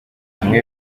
bamwe